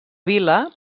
vila